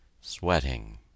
sweating